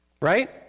right